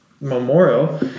memorial